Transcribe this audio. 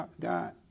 God